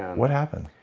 what happened?